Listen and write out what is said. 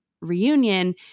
reunion